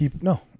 no